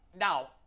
Now